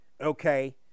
okay